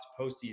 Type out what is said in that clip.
postseason